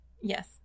yes